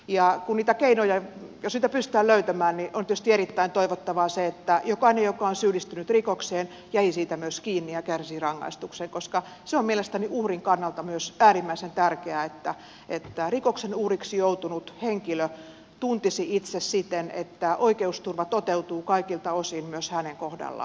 jos niitä keinoja pystytään löytämään niin on tietysti erittäin toivottavaa se että jokainen joka on syyllistynyt rikokseen jää siitä myös kiinni ja kärsii rangaistuksen koska se on mielestäni uhrin kannalta myös äärimmäisen tärkeää että rikoksen uhriksi joutunut henkilö tuntisi itse siten että oikeusturva toteutuu kaikilta osin myös hänen kohdallaan